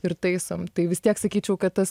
ir taisom tai vis tiek sakyčiau kad tas